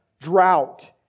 drought